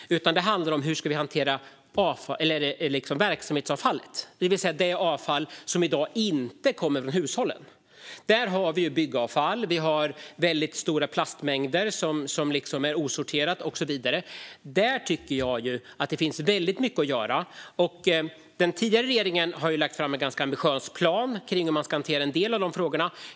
Min fråga handlar i stället om hur vi ska hantera verksamhetsavfallet, det vill säga det avfall som i dag inte kommer från hushållen. Där finns byggavfall med stora mängder osorterad plast, och där finns mycket att göra. Den tidigare regeringen har lagt fram en ganska ambitiös plan för hur man ska hantera en del av frågorna.